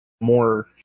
more